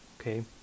Okay